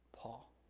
Paul